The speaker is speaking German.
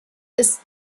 ist